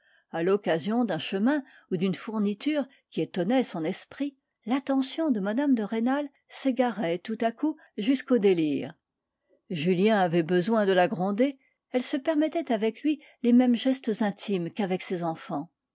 à l'occasion d'un chemin ou d'une fourniture qui étonnait son esprit l'attention de mme de rênal s'égarait tout à coup jusqu'au délire julien avait besoin de la gronder elle se permettait avec lui les mêmes gestes intimes qu'avec ses enfants